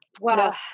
Wow